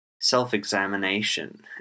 self-examination